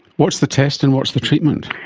what's the test and what's the treatment?